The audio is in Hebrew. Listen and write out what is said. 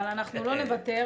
אבל אנחנו לא נוותר.